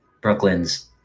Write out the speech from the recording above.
Brooklyn's